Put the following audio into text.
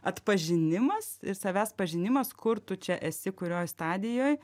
atpažinimas ir savęs pažinimas kur tu čia esi kurioj stadijoj